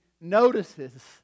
notices